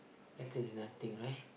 better that nothing right